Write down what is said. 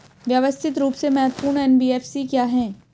व्यवस्थित रूप से महत्वपूर्ण एन.बी.एफ.सी क्या हैं?